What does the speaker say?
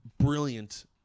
brilliant